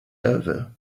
over